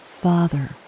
father